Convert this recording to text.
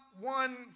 one